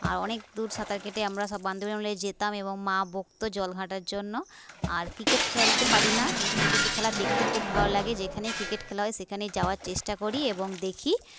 আর অনেক দূর সাঁতার কেটে আমরা সব বান্ধবীরা মিলে যেতাম এবং মা বকতো জল ঘাঁটার জন্য আর ক্রিকেট খেলতে পারি না কিন্তু ক্রিকেট খেলা দেখতে খুব ভালো লাগে যেখানেই ক্রিকেট খেলা হয় সেখানেই যাওয়ার চেষ্টা করি এবং দেখি